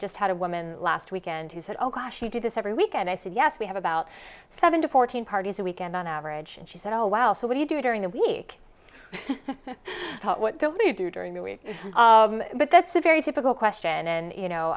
just had a woman last weekend who said oh gosh we do this every week and i said yes we have about seven to fourteen parties a weekend on average and she said oh well so what do you do during the week what don't you do during the week but that's a very typical question and you know